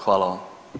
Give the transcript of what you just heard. Hvala vam.